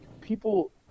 people